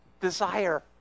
desire